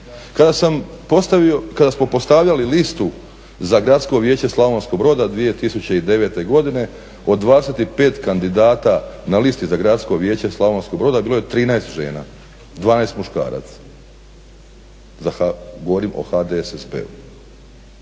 Kada smo postavljali listu za Gradsko vijeće Slavonskog Broda 2009.godine od 25 kandidata na listi za Gradsko vijeće Slavonskog Broda bilo je 13 žena, 12 muškaraca. Govorim o HDSSB-u.